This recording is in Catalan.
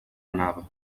anava